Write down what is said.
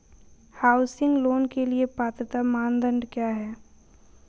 Housing loan के लिए पात्रता मानदंड क्या हैं?